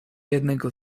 jednego